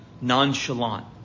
nonchalant